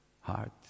heart